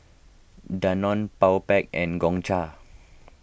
Danone Powerpac and Gongcha